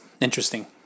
interesting